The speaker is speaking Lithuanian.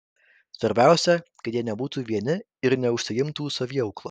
svarbiausia kad jie nebūtų vieni ir neužsiimtų saviaukla